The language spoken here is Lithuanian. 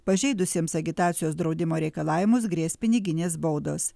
pažeidusiems agitacijos draudimo reikalavimus grės piniginės baudos